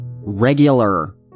regular